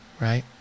right